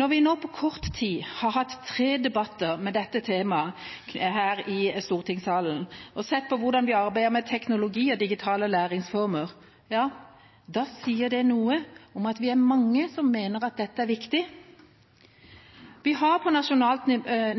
Når vi nå på kort tid har hatt tre debatter om dette tema her i stortingssalen, og sett på hvordan vi arbeider med teknologi og digitale læringsformer, ja, da sier det noe om at vi er mange som mener at dette er viktig. Vi har på nasjonalt